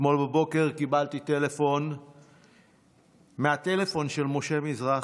אתמול בבוקר קיבלתי טלפון מהטלפון של משה מזרחי.